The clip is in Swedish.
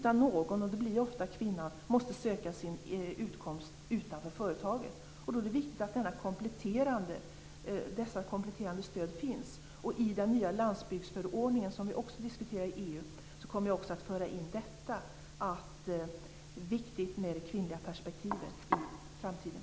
Någon - och det blir ofta kvinnan - måste söka sin utkomst utanför företaget. Då är det viktigt att dessa kompletterande stöd finns. I den nya landsbygdsförordning, som vi också diskuterar i EU, kommer jag att föra in att det är viktigt med det kvinnliga perspektivet i framtiden.